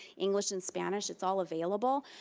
english and spanish, it's all available,